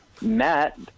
Matt